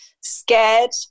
scared